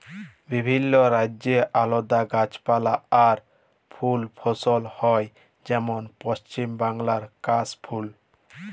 বিভিল্য রাজ্যে আলাদা গাছপালা আর ফুল ফসল হ্যয় যেমল পশ্চিম বাংলায় কাশ ফুল